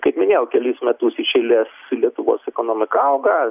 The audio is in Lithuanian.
kaip minėjau kelis metus iš eilės lietuvos ekonomika auga